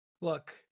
Look